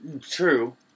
True